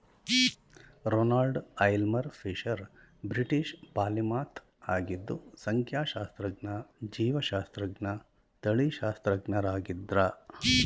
Ronald Aylmer Fisher British polymath ಆಗಿದ್ದು ಸಂಖ್ಯಾಶಾಸ್ತ್ರಜ್ಞ ಜೀವಶಾಸ್ತ್ರಜ್ಞ ತಳಿಶಾಸ್ತ್ರಜ್ಞರಾಗಿದ್ರು